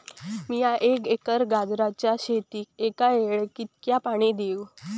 मीया एक एकर गाजराच्या शेतीक एका वेळेक कितक्या पाणी देव?